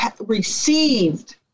received